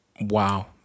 Wow